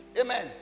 Amen